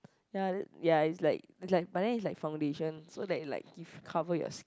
ya ya it's like it's like but then it's like foundation so that it like give cover your